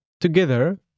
together